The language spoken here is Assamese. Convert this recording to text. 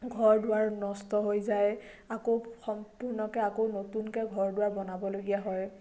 ঘৰ দুৱাৰ নষ্ট হৈ যায় আকৌ সম্পূৰ্ণকৈ আকৌ নতুনকৈ ঘৰ দুৱাৰ বনাবলগীয়া হয়